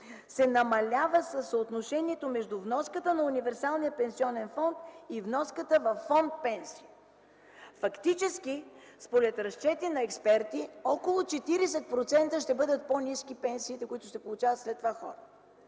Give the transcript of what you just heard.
се намалява със съотношението между вноската на универсалния пенсионен фонд и вноската във фонд „Пенсии”. Фактически според разчети на експерти с около 40% ще бъдат по-ниски пенсиите, които ще получават след това хората.